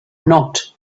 not